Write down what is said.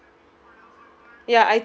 can